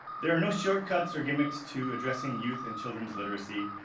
there are no shortcuts or gimmicks to addressing youth and children's literacy.